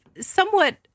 Somewhat